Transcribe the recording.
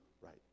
right